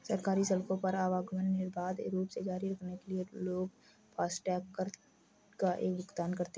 सरकारी सड़कों पर आवागमन निर्बाध रूप से जारी रखने के लिए लोग फास्टैग कर का भुगतान करते हैं